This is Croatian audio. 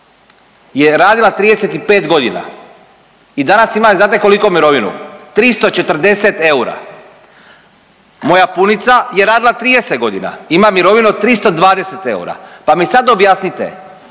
je radila 35 godina i danas ima znate koliko mirovinu 340 eura, moja punica je radila 30 godina ima mirovinu od 320 eura. Pa mi sad objasnite